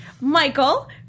Michael